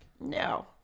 No